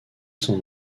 son